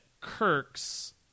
Kirk's